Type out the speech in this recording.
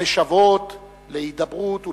המשוועות להידברות ולפיוס,